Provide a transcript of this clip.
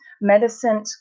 medicine